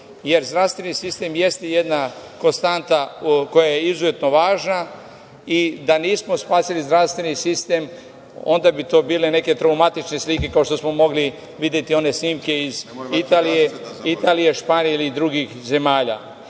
Jer, zdravstveni sistem jeste jedna konstanta koja je izuzetno važna i da nismo spasili zdravstveni sistem, onda bi to bile neke traumatične slike, kao što smo mogli videti one snimke iz Italije, Španije ili drugih